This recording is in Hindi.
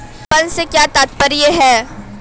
विपणन से क्या तात्पर्य है?